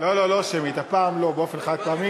הפעם לא, באופן חד-פעמי.